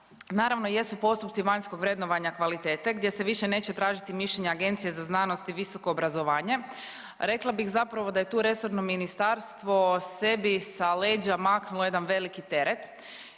naravno jesu postupci vanjskog vrednovanja kvalitete gdje se više neće tražiti mišljenja Agencije za znanost i visoko obrazovanje. Rekla bih zapravo da je tu resorno ministarstvo sebi sa leđa maknulo jedan veliki teret,